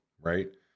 right